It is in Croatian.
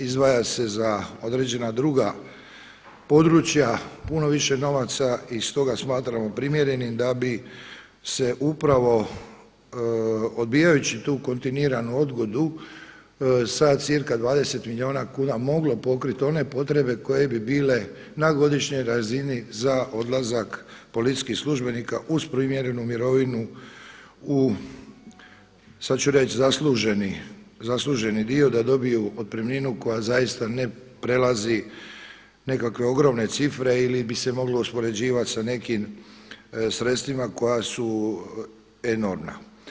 Izdvaja se za određena druga područja puno više novaca i stoga smatramo primjerenim da bi se upravo odbijajući tu kontinuiranu odgodu sa cca 20 milijuna kuna moglo pokriti one potrebe koje bi bile na godišnjoj razini za odlazak policijskih službenika uz primjerenu mirovinu u, sad ću reći zasluženi dio, da dobiju otpremninu koja zaista ne prelazi nekakve ogromne cifre ili bi se moglo uspoređivati s nekim sredstvima koja su enormna.